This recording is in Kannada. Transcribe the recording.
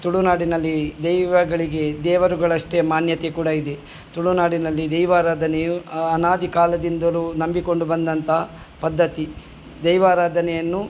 ತುಳುನಾಡಿನಲ್ಲಿ ದೈವಗಳಿಗೆ ದೇವರುಗಳಷ್ಟೆ ಮಾನ್ಯತೆ ಕೂಡ ಇದೆ ತುಳುನಾಡಿನಲ್ಲಿ ದೈವಾರಾಧನೆಯು ಅನಾದಿ ಕಾಲದಿಂದಲು ನಂಬಿಕೊಂಡು ಬಂದಂತ ಪದ್ಧತಿ ದೈವಾರಾಧನೆಯನ್ನು